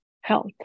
health